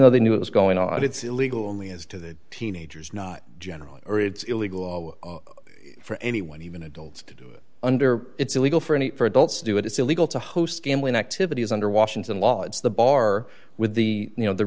though they knew it was going on it's illegal only as to the teenagers not generally or it's illegal for anyone even adults to do it under it's illegal for any for adults to do it it's illegal to host gambling activities under washington law it's the bar with the you know the